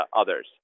others